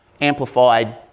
amplified